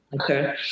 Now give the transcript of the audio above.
Okay